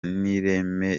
n’ireme